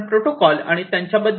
उदाहरणार्थ Ethernet TCP IP इत्यादी